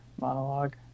monologue